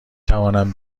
توانم